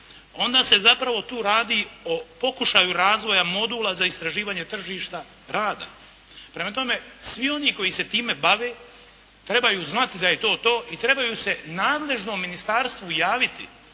onda se zapravo tu radi o pokušaju razvoja modula za istraživanje tržišta rada. Prema tome, svi oni koji se time bave trebaju znati da je to to i trebaju se nadležnom ministarstvu javiti